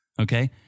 Okay